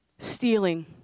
Stealing